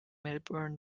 melbourne